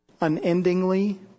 unendingly